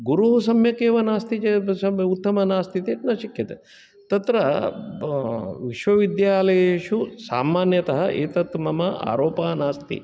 गुरुः सम्यक् एव नास्ति चेत् उत्तमः नास्ति चेत् न शक्यते तत्र विश्वविद्यालयेषु सामान्यतः एतत् मम आरोपः नास्ति